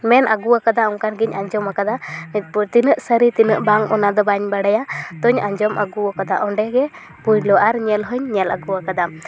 ᱢᱮᱱ ᱟᱜᱩᱣᱟᱠᱟᱫᱟ ᱚᱱᱠᱟ ᱜᱮᱧ ᱟᱡᱚᱢ ᱟᱠᱟᱫᱟ ᱮᱨᱯᱚᱨ ᱛᱤᱱᱟᱜ ᱥᱟᱹᱨᱤ ᱛᱤᱱᱟᱹᱜ ᱵᱟᱝ ᱚᱱᱟ ᱫᱚ ᱱᱟᱹᱧ ᱵᱟᱲᱟᱭᱟ ᱛᱚᱧ ᱟᱸᱡᱚᱢ ᱟᱹᱜᱩᱣᱟᱠᱟ ᱫᱟᱹᱧ ᱚᱸᱰᱮ ᱜᱮ ᱯᱳᱭᱞᱳ ᱟᱨ ᱧᱮᱞ ᱦᱚᱧ ᱧᱮᱞ ᱟᱜᱩᱣᱟᱠᱟᱫᱟ